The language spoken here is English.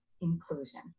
inclusion